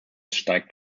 steigt